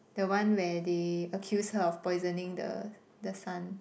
the one where they accuse her of poisoning the the son